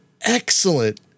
excellent